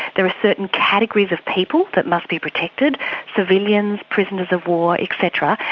there are certain categories of people that must be protected civilians, prisoners-of-war etc.